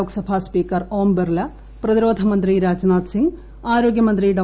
Lok Sabha speaker Om Birla പ്രതിരോധമന്ത്രി രാജ്നാഥ് സിംഗ് ആരോഗ്യമന്ത്രി ഡോ